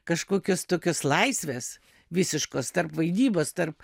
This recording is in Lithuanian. kažkokios tokios laisvės visiškos tarp vaidybos tarp